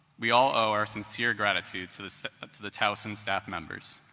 we all owe our sincere gratitude to the to the towson staff members.